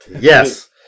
Yes